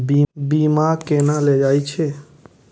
बीमा केना ले जाए छे?